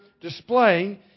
displaying